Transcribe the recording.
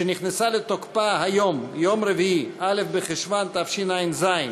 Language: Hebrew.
שנכנסה לתוקפה היום, יום רביעי, א' בחשוון תשע"ז,